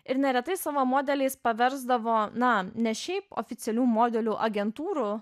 ir neretai savo modeliais paversdavo na ne šiaip oficialių modelių agentūrų